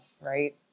right